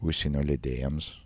užsienio leidėjams